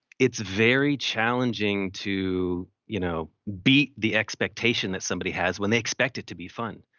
it's very challenging to you know beat the expectation that somebody has when they expect it to be fun.